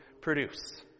produce